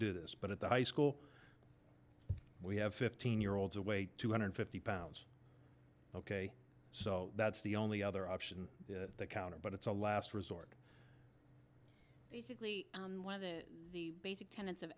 do this but at the high school we have fifteen year olds away two hundred fifty pounds ok so that's the only other option that counted but it's a last resort basically one of the basic tenets of